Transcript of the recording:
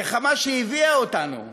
גחמה שהביאה אותנו